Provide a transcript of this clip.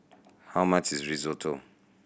how much is Risotto